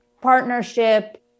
partnership